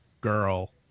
girl